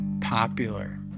popular